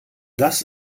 das